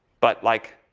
but, like,